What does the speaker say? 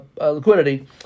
liquidity